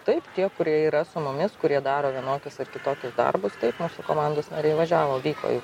taip tie kurie yra su mumis kurie daro vienokius ar kitokius darbus taip mūsų komandos nariai važiavo vyko į